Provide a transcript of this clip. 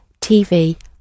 TV